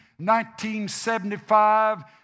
1975